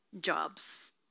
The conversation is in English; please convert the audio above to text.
jobs